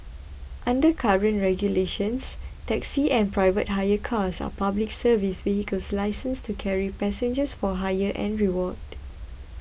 under current regulations taxis and private hire cars are Public Service vehicles licensed to carry passengers for hire and reward